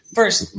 First